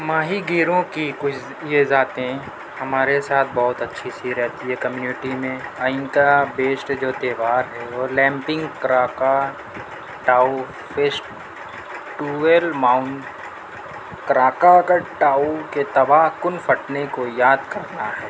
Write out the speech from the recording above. ماہی گیروں کی کچھ یہ ذاتیں ہمارے ساتھ بہت اچھی سی رہتی ہے کمیونٹی میں اِن کا بیسٹ جو تہوار ہے اولمپنگ فِش ٹوویل ماؤن کراکا کا ٹاؤ کے تباہ کُن پھٹنے کو یاد کر رہا ہے